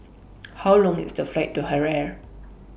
How Long IS The Flight to Harare